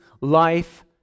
life